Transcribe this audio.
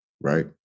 Right